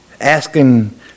asking